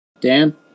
Dan